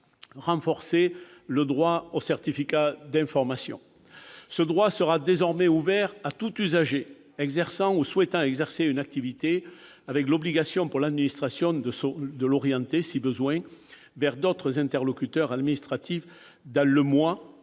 renforcé le droit au certificat d'information : ce droit sera désormais ouvert à tout usager exerçant ou souhaitant exercer une activité, avec obligation pour l'administration de l'orienter, si besoin, vers d'autres interlocuteurs administratifs dans le mois